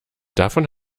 davon